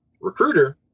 recruiter